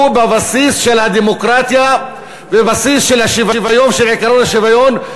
הוא בבסיס של הדמוקרטיה ובבסיס של השוויון ושל עקרון השוויון,